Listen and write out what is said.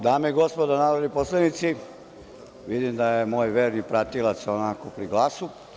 Dame i gospodo narodni poslanici, vidim da je moj verni pratilac onako pri glasu.